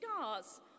scars